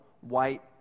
white